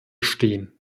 stehen